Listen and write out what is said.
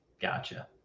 Gotcha